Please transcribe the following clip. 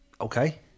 Okay